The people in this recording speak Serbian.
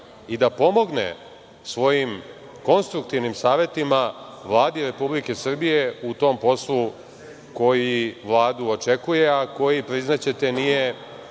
i da pomogne svojim konstruktivnim savetima Vladi Republike Srbije u tom poslu koji Vladu očekuje, a koji, priznaćete, nije